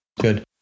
Good